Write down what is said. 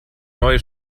neue